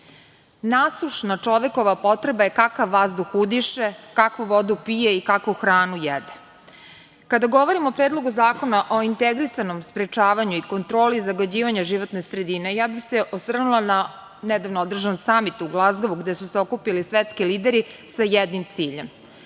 Nasušna čovekova potreba kakav vazduh udiše, kakvu vodu pije i kakvu hranu jede. Kada govorimo o Predlogu zakona o integrisanom sprečavanju i kontroli zagađivanja životne sredine ja bih se osvrnula na nedavno održan Samit u Glazgovu gde su se okupili svetski lideri sa jednim ciljem